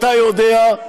אתה יודע,